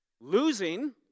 losing